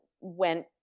went